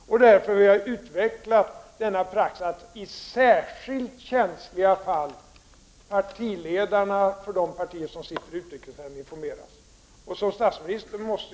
Detta är orsaken till att denna praxis har utvecklats, dvs. att partiledarna för de partier som är representerade i utrikesnämnden informeras när det gäller särskilt känsliga fall.